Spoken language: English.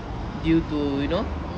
due to you know